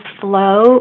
flow